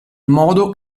modo